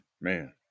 man